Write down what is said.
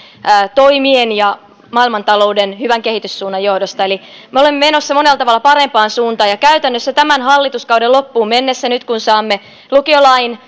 toimien ja maailmantalouden hyvän kehityssuunnan johdosta eli me olemme menossa monella tavalla parempaan suuntaan ja käytännössä tämän hallituskauden loppuun mennessä nyt kun saamme lukiolain